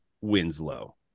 Winslow